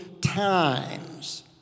times